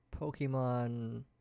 Pokemon